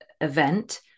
event